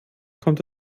kommt